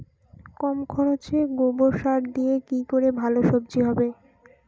কম খরচে গোবর সার দিয়ে কি করে ভালো সবজি হবে?